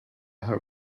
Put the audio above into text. her